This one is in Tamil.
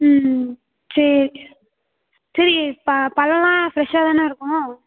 ம் ம் சரி சரி ப பழம்லாம் ஃப்ரெஷ்ஷாக தானே இருக்கும்